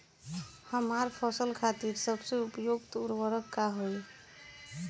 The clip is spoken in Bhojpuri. हमार फसल खातिर सबसे उपयुक्त उर्वरक का होई?